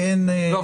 לא.